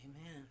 Amen